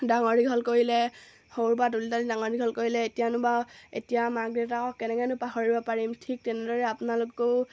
ডাঙৰ দীঘল কৰিলে সৰু পৰা তুলি তালি ডাঙৰ দীঘল কৰিলে এতিয়ানো বাৰু এতিয়া মাক দেউতাকক কেনেকৈনো পাহৰিব পাৰিম ঠিক তেনেদৰে আপোনালোকেও